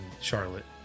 Charlotte